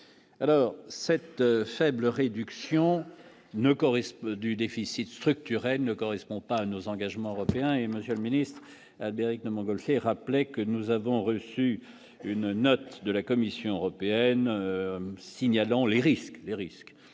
alors cette faible réduction ne correspond du déficit structurel ne correspond pas à nos engagements européens et Monsieur le Ministre des rythmes Montgolfier rappelait que nous avons reçu une note de la Commission européenne, signalons les risques, les risques